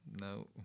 no